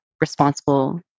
responsible